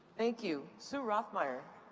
thank you. sue rothmeyer.